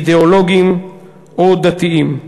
אידיאולוגיים או דתיים.